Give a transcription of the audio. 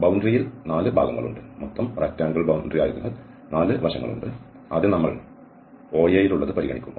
അതിർത്തിയിൽ 4 ഭാഗങ്ങളുണ്ട് ആദ്യം നമ്മൾ OA യിലുള്ളത് പരിഗണിക്കും